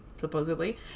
Supposedly